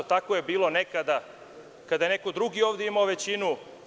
Tako je bilo nekada kada je neko drugi ovde imao većinu.